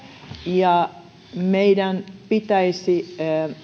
ja meidän pitäisi